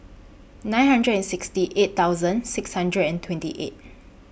nine hundred and sixty eight thousand six hundred and twenty eight